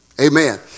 Amen